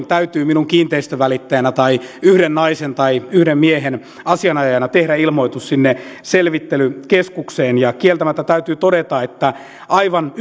täytyy minun kiinteistönvälittäjänä tai yhden naisen tai yhden miehen asianajajana tehdä ilmoitus sinne selvittelykeskukseen kieltämättä täytyy todeta että aivan